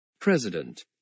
President